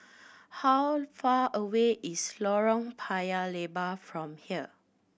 how far away is Lorong Paya Lebar from here